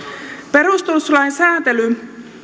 perustuslain sääntely